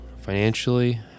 financially